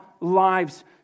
lives